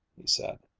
he said.